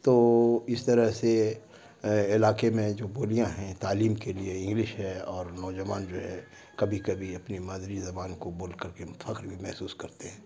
تو اس طرح سے علاقے میں جو بولیاں ہیں تعلیم کے لیے انگلش ہے اور نوجوان جو ہے کبھی کبھی اپنی مادری زبان کو بول کر کے فخر بھی محسوس کرتے ہیں